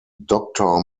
doctor